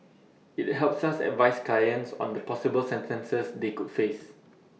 IT helps us advise clients on the possible sentences they could face